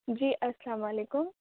جی السّلام علیکم